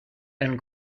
and